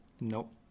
Nope